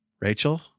Rachel